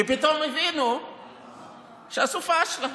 כי פתאום הבינו שעשו פשלה.